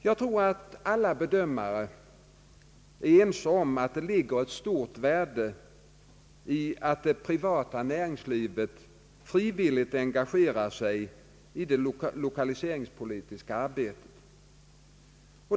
Jag tror att alla bedömare är ense om att det ligger ett stort värde i att det privata näringslivet frivilligt engagerar sig i det lokaliseringspolitiska arbetet.